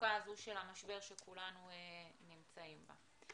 המצוקה הזו של המשבר שכולנו נמצאים בה.